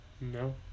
No